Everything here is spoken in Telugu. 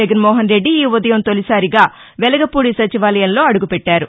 జగన్మోహన్ రెడ్డి ఈ ఉ దయం తొలిసారిగా వెలగపూడి సచివాలయంలో అడుగుపెట్లారు